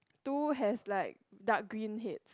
two has like dark green heads